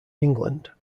england